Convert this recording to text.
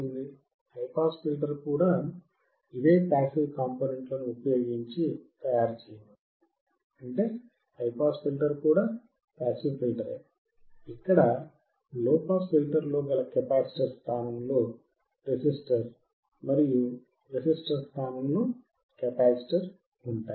high pass filter కూడా passive ఫిల్టరే ఇక్కడ లోపాస్ ఫిల్టర్ లో గల కెపాసిటర్ స్థానంలో రెసిస్టర్ మరియు రెసిస్టర్ స్థానంలో కెపాసిటర్ ఉంటాయి